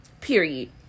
Period